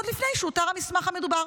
עוד לפני שאותר המסמך המדובר.